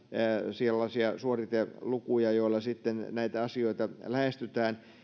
sellaisia suoritelukuja joilla näitä asioita lähestytään